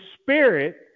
Spirit